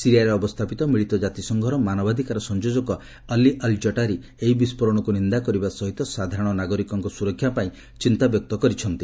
ସିରିଆରେ ଅବସ୍ଥାପିତ ମିଳିତ ଜାତିସଂଘର ମାନବାଧିକାର ସଂଯୋଜକ ଅଲ୍ଲି ଅଲ୍ ଜଟାରୀ ଏହି ବିସ୍ଫୋରଣକୁ ନିନ୍ଦା କରିବା ସହିତ ସାଧାରଣ ନାଗରିକଙ୍କ ସ୍ତରକ୍ଷା ପାଇଁ ଚିନ୍ତା ବ୍ୟକ୍ତ କରିଛନ୍ତି